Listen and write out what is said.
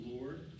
Lord